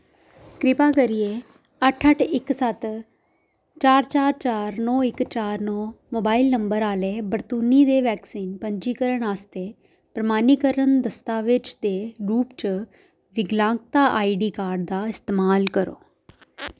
कृपा करियै अट्ठ अट्ठ इक सत्त चार चार चार नौ इक चार नौ मोबाइल नंबर आह्ले बरतूनी दे वैक्सीन पंजीकरण आस्तै प्रमाणीकरण दस्तावेज दे रूप च विकलांगता आईडी कार्ड दा इस्तेमाल करो